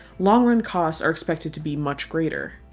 longrun costs are expected to be much greater.